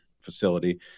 facility